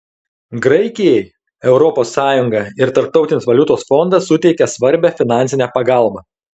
graikijai europos sąjunga ir tarptautinis valiutos fondas suteikė svarbią finansinę pagalbą